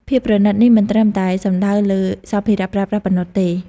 ភាពប្រណីតនេះមិនត្រឹមតែសំដៅលើសម្ភារៈប្រើប្រាស់ប៉ុណ្ណោះទេ។